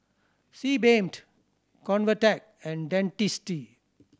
Sebamed Convatec and Dentiste